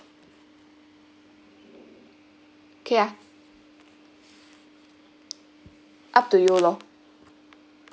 okay ah up to you lor